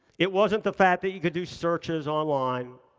it wasn't the fact that you could do searches online.